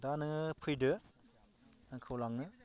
दा नोङो फैदो आंखौ लांनो